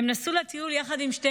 הן נסעו לטיול יחד עם שתי